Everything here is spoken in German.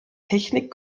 technik